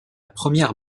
première